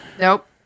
nope